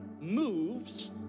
moves